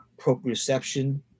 proprioception